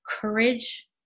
courage